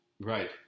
Right